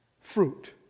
fruit